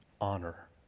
honor